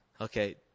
okay